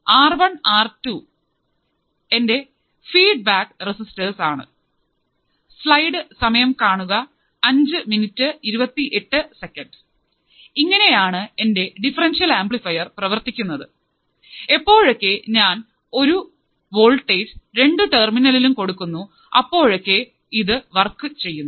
R one R two എൻറെ feedback resistors ആണ് slide സമയം കാണുക 0528 ഇങ്ങനെയാണ് എൻറെ ഡിഫറെൻഷ്യൽ ആംപ്ലിഫയർ പ്രവർത്തിക്കുന്നത് എപ്പോഴൊക്കെ ഞാൻ ഒരു വോൾട്ടേജ് രണ്ടു ടെർമിനലും കൊടുക്കുന്നു അപ്പോഴൊക്കെ ഇതു വർക്ക് ചെയ്യുന്നു